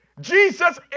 Jesus